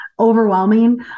overwhelming